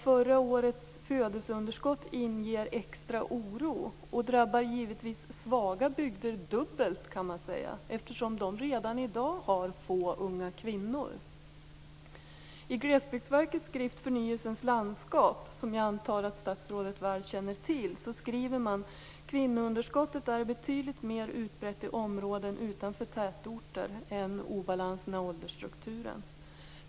Förra årets födelseunderskott inger extra oro, och man kan säga att det drabbar svaga bygder dubbelt, eftersom de redan i dag har få unga kvinnor. I Glesbygdsverkets skrift Förnyelsens landskap, som jag antar att statsrådet känner väl till, skriver man: Kvinnounderskottet är betydligt mer utbrett i områden utanför tätorter än obalanserna i åldersstrukturen.